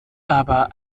aber